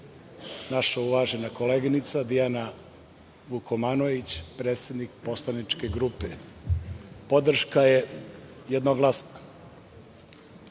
naša uvažena koleginica Dijana Vukomanović, predsednik poslaničke grupe. Podrška je jednoglasna. Reći